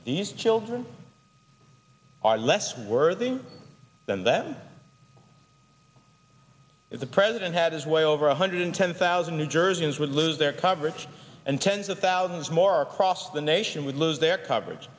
these children are less worthy than that the president had his way over one hundred ten thousand new jerseyans would lose their coverage and tens of thousands more across the nation would lose their coverage